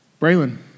Braylon